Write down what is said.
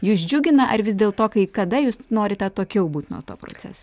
jus džiugina ar vis dėlto kai kada jūs norite atokiau būt nuo to proceso